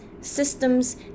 systems